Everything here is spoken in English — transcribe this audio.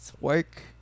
work